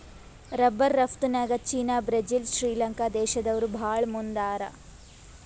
rubber ರಫ್ತುನ್ಯಾಗ್ China Brazil Sri Lanka ದೇಶ್ದವ್ರು ಭಾಳ್ ಮುಂದ್ ಹಾರ